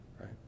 right